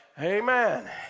Amen